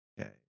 Okay